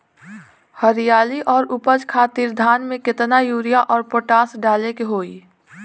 हरियाली और उपज खातिर धान में केतना यूरिया और पोटाश डाले के होई?